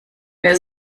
wer